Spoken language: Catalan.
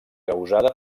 causada